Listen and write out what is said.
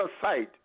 side